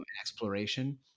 exploration